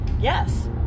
Yes